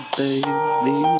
baby